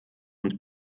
und